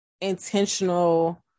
intentional